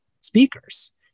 speakers